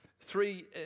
three